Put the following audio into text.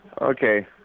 Okay